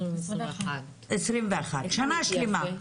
21'. שנה שלמה.